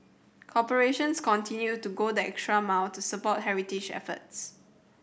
corporations continued to go the extra mile to support heritage efforts